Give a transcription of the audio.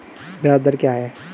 ब्याज दर क्या है?